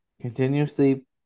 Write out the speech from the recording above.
continuously